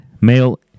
male